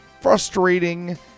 frustrating